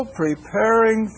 preparing